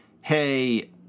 hey